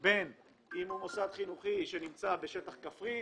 בין אם הוא מוסד חינוכי שנמצא בשטח כפרי,